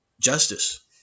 justice